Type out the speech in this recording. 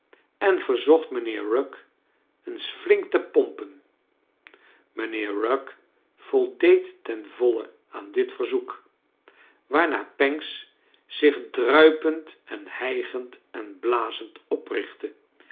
en verzocht mijnheer rugg eens flink te pompen mijnheer rugg voldeed ten voile aan dit v erzoek waarna pancks zich druipend en hijgend en blazend oprichtte